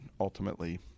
ultimately